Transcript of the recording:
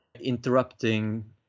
interrupting